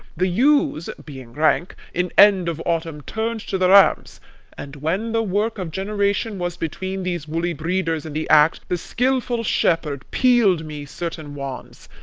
the ewes, being rank, in end of autumn turned to the rams and when the work of generation was between these woolly breeders in the act, the skilful shepherd peel'd me certain wands,